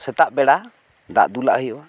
ᱥᱮᱛᱟᱜ ᱵᱮᱲᱟ ᱫᱟᱜ ᱫᱩᱞᱟᱜ ᱦᱩᱭᱩᱜᱼᱟ